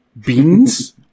Beans